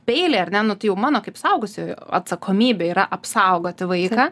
peiliai ar ne nu tai jau mano kaip suaugusiojo atsakomybė yra apsaugoti vaiką